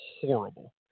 horrible